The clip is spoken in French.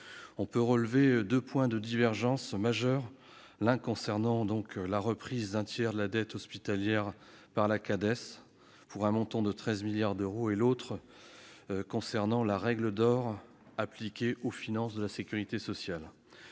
On peut relever deux points de divergences majeurs, l'un concernant la reprise d'un tiers de la dette hospitalière par la Cades, pour un montant de 13 milliards d'euros, et l'autre la règle d'or appliquée aux finances de la sécurité sociale.